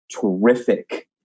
terrific